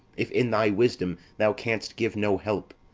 if in thy wisdom thou canst give no help,